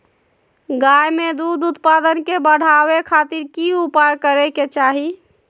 गाय में दूध उत्पादन के बढ़ावे खातिर की उपाय करें कि चाही?